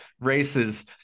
races